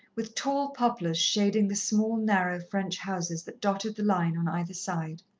with tall poplars shading the small, narrow french houses that dotted the line on either side.